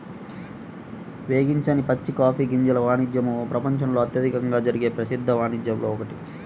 వేగించని పచ్చి కాఫీ గింజల వాణిజ్యము ప్రపంచంలో అత్యధికంగా జరిగే ప్రసిద్ధ వాణిజ్యాలలో ఒకటి